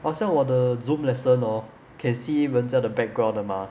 好像我的 zoom lesson hor can see 人家的 background 的 mah